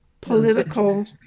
political